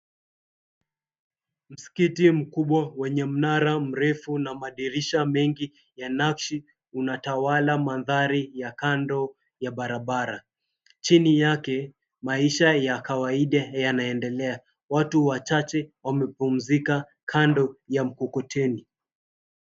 Msikiti mkubwa wenye mnara mrefu na madirisha mengi ya nakshi unatawala mandhari ya kando ya barabara. Chini yake, maisha ya kawaida yanaendelea. Watu wachache wamepumzika kando ya mkokoteni.